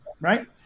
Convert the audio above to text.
right